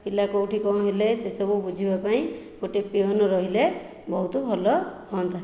ପିଲା କେଉଁଠି କଣ ହେଲେ ସେ ସବୁ ବୁଝିବା ପାଇଁ ଗୋଟିଏ ପିଅନ ରହିଲେ ବହୁତ ଭଲ ହୁଅନ୍ତା